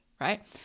right